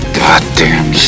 goddamn